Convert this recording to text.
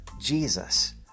Jesus